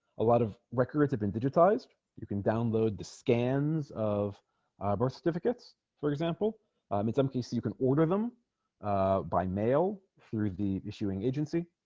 a lot of records have been digitized you can download the scans of birth certificates for example in some cases you can order them by mail through the issuing agency